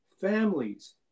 families